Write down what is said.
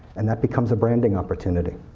and that becomes a branding opportunity.